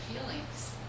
feelings